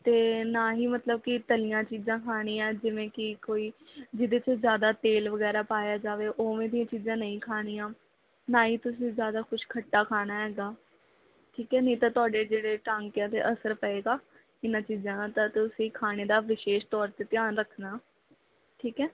ਅਤੇ ਨਾ ਹੀ ਮਤਲਬ ਕਿ ਤਲੀਆਂ ਚੀਜ਼ਾਂ ਖਾਣੀਆਂ ਜਿਵੇਂ ਕਿ ਕੋਈ ਜਿਹਦੇ 'ਚ ਜ਼ਿਆਦਾ ਤੇਲ ਵਗੈਰਾ ਪਾਇਆ ਜਾਵੇ ਉਵੇਂ ਦੀਆਂ ਚੀਜ਼ਾਂ ਨਹੀਂ ਖਾਣੀਆਂ ਨਾ ਹੀ ਤੁਸੀਂ ਜ਼ਿਆਦਾ ਕੁਛ ਖੱਟਾ ਖਾਣਾ ਹੈਗਾ ਠੀਕ ਹੈ ਨਹੀਂ ਤਾਂ ਤੁਹਾਡੇ ਜਿਹੜੇ ਟਾਂਕਿਆਂ 'ਤੇ ਅਸਰ ਪਵੇਗਾ ਇਹਨਾਂ ਚੀਜ਼ਾਂ ਦਾ ਤਾਂ ਤੁਸੀਂ ਖਾਣੇ ਦਾ ਵਿਸ਼ੇਸ਼ ਤੌਰ 'ਤੇ ਧਿਆਨ ਰੱਖਣਾ ਠੀਕ ਹੈ